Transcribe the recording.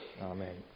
Amen